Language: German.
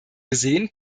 gesehen